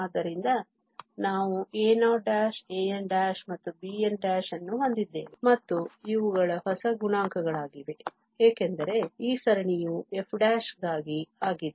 ಆದ್ದರಿಂದ ನಾವು a0 an ಮತ್ತು bn ಅನ್ನು ಹೊಂದಿದ್ದೇವೆ ಮತ್ತು ಇವುಗಳು ಹೊಸ ಗುಣಾಂಕಗಳಾಗಿವೆ ಏಕೆಂದರೆ ಈ ಸರಣಿಯು f ಗಾಗಿ ಆಗಿದೆ